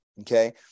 okay